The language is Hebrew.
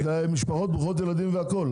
משפחות מרובות ילדים והכל.